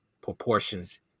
proportions